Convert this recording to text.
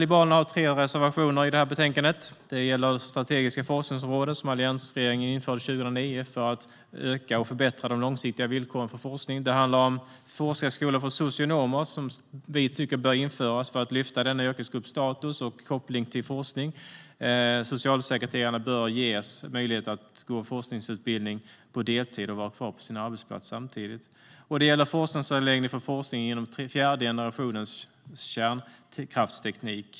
Liberalerna har tre reservationer i det här betänkandet. Det gäller de strategiska forskningsområdena som alliansregeringen införde 2009 för att öka och förbättra de långsiktiga villkoren för forskning. Det handlar om forskarskolor för socionomer, som vi tycker bör införas för att lyfta denna yrkesgrupps status och koppling till forskning. Socialsekreterarna bör ges möjlighet att gå en forskarutbildning på deltid och samtidigt vara kvar på sin arbetsplats. Det gäller forskningsanläggning för forskning inom fjärde generationens kärnkraftsteknik.